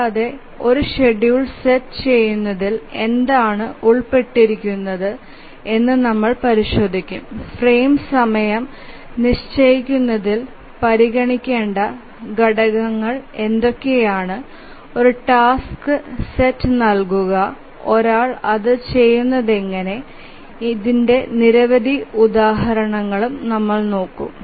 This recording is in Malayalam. കൂടാതെ ഒരു ഷെഡ്യൂൾ സെറ്റ് ചെയുനത്തിൽ എന്താണ് ഉൾപ്പെട്ടിരിക്കുന്നതെന്ന് നമ്മൾ പരിശോധിക്കും ഫ്രെയിം സമയം നിശ്ചയിക്കുന്നതിൽ പരിഗണിക്കേണ്ട ഘടകങ്ങൾ എന്തൊക്കെയാണ് ഒരു ടാസ്ക് സെറ്റ് നൽകുക ഒരാൾ അത് ചെയ്യുന്നതെങ്ങനെ നിരവധി ഉദാഹരണങ്ങൾ ചെയ്യും